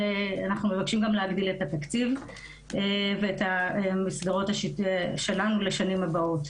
ואנחנו מבקשים גם להגדיל את התקציב ואת המסגרות שלנו לשנים הבאות.